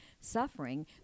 suffering